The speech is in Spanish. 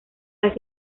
las